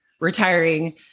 retiring